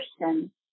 person